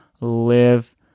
live